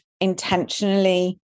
intentionally